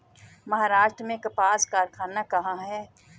महाराष्ट्र में कपास कारख़ाना कहाँ है?